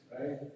right